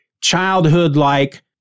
childhood-like